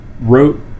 wrote